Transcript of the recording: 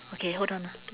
okay hold on ah